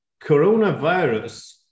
coronavirus